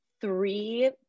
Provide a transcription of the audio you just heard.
three